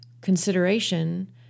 consideration